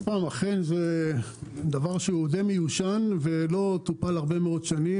הספאם הוא עניין די מיושן שלא טופל עשרות שנים.